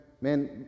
Man